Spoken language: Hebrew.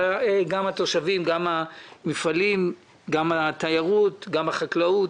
וגם התושבים, גם המפעלים, גם התיירות, גם החקלאות